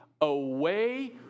away